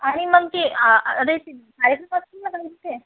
आणि मग ती आ अरे तिथे कार्यक्रम असतील नं तिथे